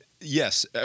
yes